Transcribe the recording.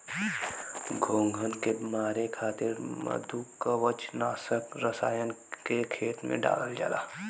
घोंघन के मारे खातिर मृदुकवच नाशक रसायन के खेत में डालल जाला